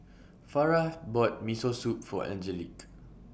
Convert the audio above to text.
Farrah bought Miso Soup For Angelique